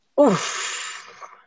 Oof